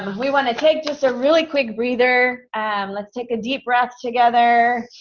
we want to take just a really quick breather and let's take a deep breath together,